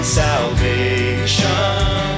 salvation